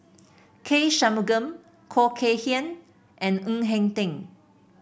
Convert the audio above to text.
K Shanmugam Khoo Kay Hian and Ng Eng Teng